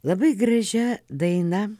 labai gražia daina